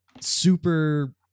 super